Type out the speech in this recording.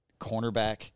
cornerback